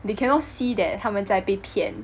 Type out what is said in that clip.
they cannot see that 他们在被骗